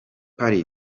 party